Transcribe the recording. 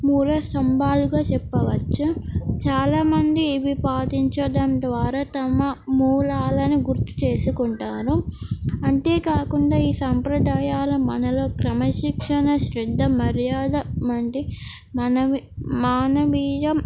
మూల సంభాలుగా చెప్పవచ్చు చాలామంది ఇవి పాటించడం ద్వారా తమ మూలాలను గుర్తు చేసుకుంటారు అంతేకాకుండా ఈ సంప్రదాయాల మనలో క్రమశిక్షణ శ్రద్ధ మర్యాద వంటి మనవి మానవీయ